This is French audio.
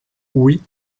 oui